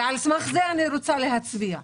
ועל סמך זה אני רוצה להצביע,